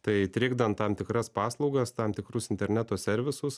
tai trikdant tam tikras paslaugas tam tikrus interneto servisus